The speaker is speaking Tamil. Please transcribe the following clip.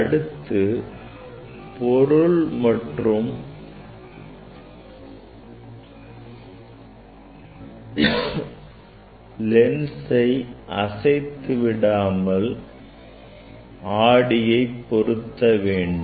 அடுத்து பொருள் மற்றும் லென்சை அசைத்து விடாமல் ஆடியை பொருத்த வேண்டும்